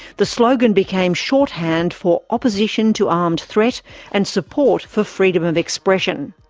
the slogan became shorthand for opposition to armed threat and support for freedom of expression.